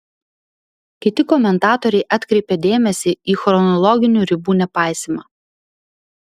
kiti komentatoriai atkreipė dėmesį į chronologinių ribų nepaisymą